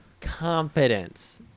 Confidence